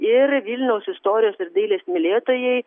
ir vilniaus istorijos ir dailės mylėtojai